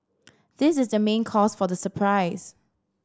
this is the main cause for the surprise